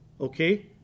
Okay